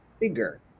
bigger